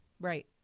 Right